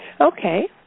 Okay